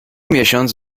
miesiąc